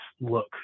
look